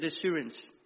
assurance